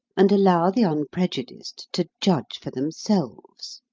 and allow the unprejudiced to judge for themselves.